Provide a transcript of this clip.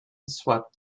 swept